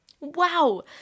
Wow